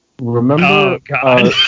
Remember